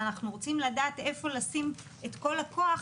ואנחנו רוצים לדעת איפה לשים את כל הכוח,